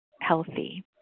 healthy